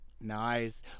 nice